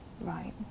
Right